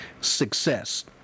success